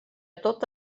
tot